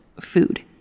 food